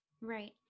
Right